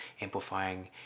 amplifying